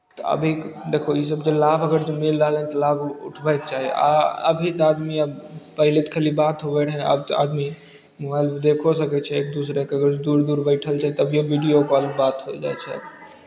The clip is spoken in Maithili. तऽ अभी देखू ईसभ जे लाभ अगर जे मिल रहल अछि तऽ लाभ उठबयके चाही आ अभी तऽ आदमी अब पहिले तऽ खाली बात हुअइ रहय आब तऽ आदमी मोबाइल देखो सकै छै एक दूसरेसँ दूर दूर बैठल छै तभिओ वीडियो कॉल बात हो जाइ छै